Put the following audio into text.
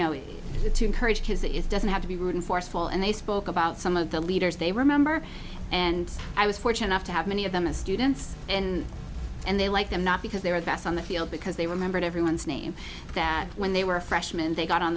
it to encourage kids that is doesn't have to be rude and forceful and they spoke about some of the leaders they remember and i was fortunate enough to have many of them as students and and they like them not because they were the best on the field because they remembered everyone's name that when they were a freshman they got on